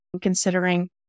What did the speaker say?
considering